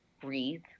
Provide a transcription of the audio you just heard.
breathe